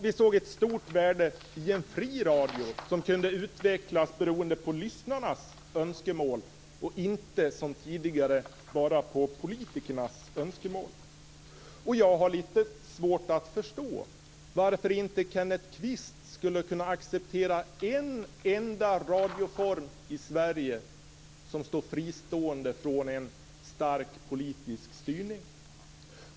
Vi såg ett stort värde i en fri radio som kunde utvecklas på grundval av lyssnarnas önskemål och inte som tidigare enbart på politikernas önskemål. Jag har lite svårt att förstå varför inte Kenneth Kvist skulle kunna acceptera en enda radioform i Sverige som står fri från en stark politisk styrning.